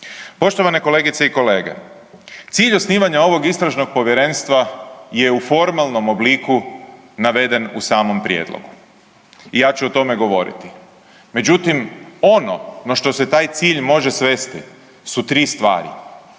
Poštovane kolegice i kolege, cilj osnivanja ovog istražnog povjerenstva je u formalnom obliku naveden u samom prijedlogu i ja ću o tome govoriti, međutim ono na što se taj cilj može svesti su tri stvari.